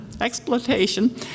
exploitation